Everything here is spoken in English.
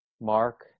mark